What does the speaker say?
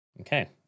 Okay